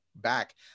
back